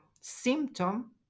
symptom